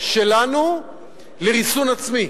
שלנו לריסון עצמי.